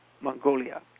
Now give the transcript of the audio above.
Mongolia